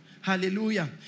Hallelujah